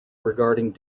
regarding